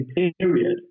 period